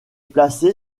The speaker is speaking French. placé